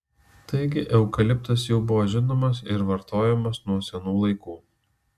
taigi eukaliptas jau buvo žinomas ir vartojamas nuo senų laikų